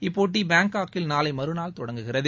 இப்போட்டி பேங்காக்கில் நாளை மறுநாள் தொடங்குகிறது